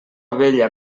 vella